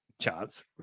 chance